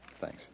Thanks